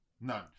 none